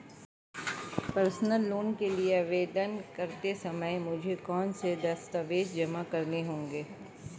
Personal loan के लिए आवेदन करते समय मुझे कौन से दस्तावेज़ जमा करने होंगे?